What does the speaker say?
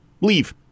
Leave